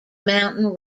mountain